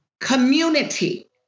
community